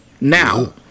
Now